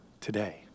today